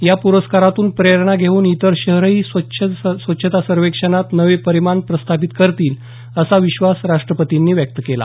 या प्रस्कारातून प्रेरणा घेऊन इतर शहरं ही स्वच्छता सर्वेक्षणात नवे परिमाण प्रस्थापित करतील असा विश्वास राष्ट्रपतींनी व्यक्त केला